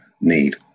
need